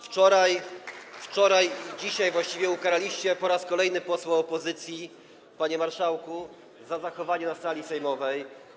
Wczoraj, dzisiaj właściwie ukaraliście po raz kolejny posła opozycji, panie marszałku, za zachowanie na sali sejmowej.